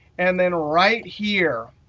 and then right here,